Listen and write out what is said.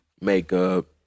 makeup